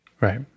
Right